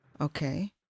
Okay